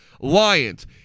Lions